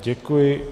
Děkuji.